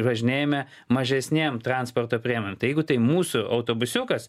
važinėjame mažesnėm transporto priemonėm tai jeigu tai mūsų autobusiukas